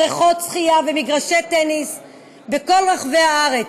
בריכות שחייה ומגרשי טניס בכל רחבי הארץ,